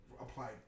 applied